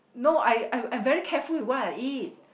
no I I I very careful with what I eat